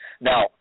now